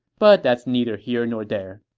but that's neither here nor there